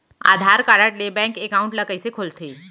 आधार card ले bank account ल कइसे खोलथे?